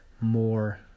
more